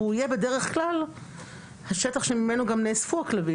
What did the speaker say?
והוא יהיה בדרך כלל השטח שממנו גם נאספו הכלבים.